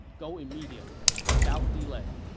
go immediately, without delay.